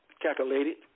calculated